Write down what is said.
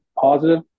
positive